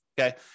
okay